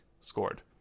scored